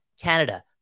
Canada